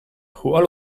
who